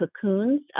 cocoons